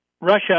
Russia